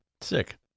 Sick